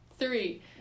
three